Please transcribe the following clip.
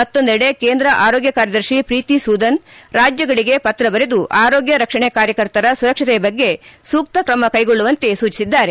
ಮತ್ತೊಂದೆಡೆ ಕೇಂದ್ರ ಆರೋಗ್ಯ ಕಾರ್ಯದರ್ತಿ ಪ್ರೀತಿ ಸೂದನ್ ರಾಜ್ಯಗಳಿಗೆ ಪತ್ರ ಬರೆದು ಆರೋಗ್ಯ ರಕ್ಷಣೆ ಕಾರ್ಯಕರ್ತರ ಸುರಕ್ಷತೆಗೆ ಸೂಕ್ತ ಕ್ರಮ ಕೈಗೊಳ್ಳುವಂತೆ ಸೂಚಿಸಿದ್ದಾರೆ